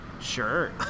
Sure